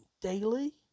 Daily